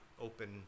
open